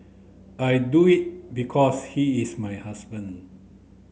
I do it because he is my husband